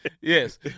yes